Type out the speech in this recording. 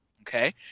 Okay